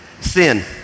sin